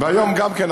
וגם היום.